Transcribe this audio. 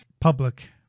public